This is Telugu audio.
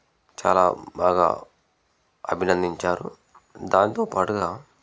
చాలా బాగా అభినందించారు దాంతో పాటుగా